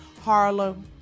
Harlem